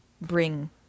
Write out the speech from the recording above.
bring